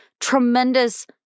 tremendous